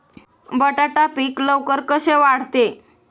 बटाटा पीक लवकर कसे वाढते?